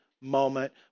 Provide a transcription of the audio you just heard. moment